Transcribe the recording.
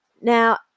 Now